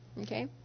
Okay